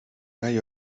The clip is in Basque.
gai